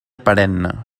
perenne